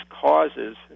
causes